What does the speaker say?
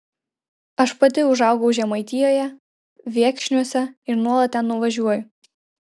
aš pati užaugau žemaitijoje viekšniuose ir nuolat ten nuvažiuoju